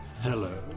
hello